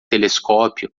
telescópio